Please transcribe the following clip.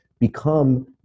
become